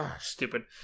Stupid